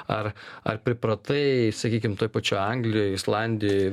ar ar pripratai sakykim toj pačioj anglijoj islandijoj